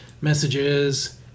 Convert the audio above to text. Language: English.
messages